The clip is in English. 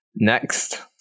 Next